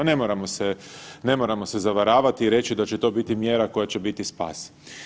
Ne moramo se zavaravati i reći da će to biti mjera koja će biti spas.